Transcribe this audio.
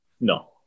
No